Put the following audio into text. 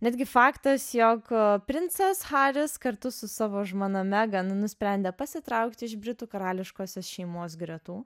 netgi faktas jog princas haris kartu su savo žmona megan nusprendė pasitraukti iš britų karališkosios šeimos gretų